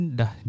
dah